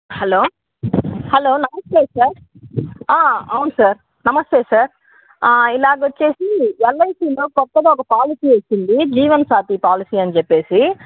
hello hello నమస్తే sir అవును sir నమస్తే సార్ ఇలాగా వచ్చేసి ఎల్ఐసీలో కొత్తగా ఒక పాలిసీ వచ్చింది జీవన్సాతి పాలిసీ అని చెప్పేసి